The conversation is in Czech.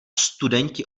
studenti